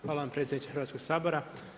Hvala vam predsjedniče Hrvatskog sabora.